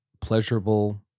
pleasurable